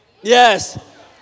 Yes